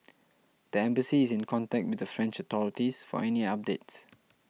the embassy is in contact with the French authorities for any updates